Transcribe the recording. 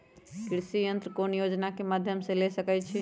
कृषि यंत्र कौन योजना के माध्यम से ले सकैछिए?